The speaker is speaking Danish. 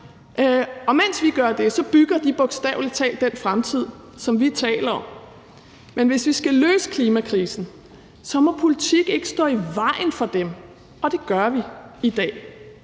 og mens vi gør det, bygger de bogstavelig talt den fremtid, som vi taler om. Men hvis vi skal løse klimakrisen, må politik ikke stå i vejen for dem, og det gør vi i dag.